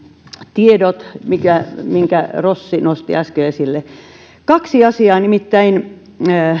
tiedot mitkä rossi nosti äsken esille kaksi asiaa nimittäin